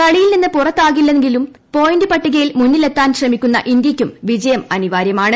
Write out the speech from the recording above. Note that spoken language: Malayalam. കളിയിൽ നിന്ന് പുറത്താകില്ലെങ്കിലും പോയിന്റ് പട്ടികയിൽ മുന്നിലെത്താൻ ശ്രമിക്കുന്ന ഇന്ത്യയ്ക്കും വിജയം അനിവാര്യമാണ്